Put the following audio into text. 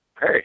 Hey